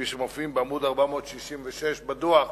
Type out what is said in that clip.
כפי שמופיעים בעמוד 466 בדוח,